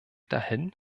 dahin